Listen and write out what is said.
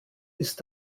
ist